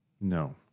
no